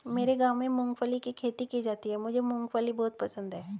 मेरे गांव में मूंगफली की खेती की जाती है मुझे मूंगफली बहुत पसंद है